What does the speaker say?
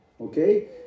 Okay